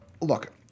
Look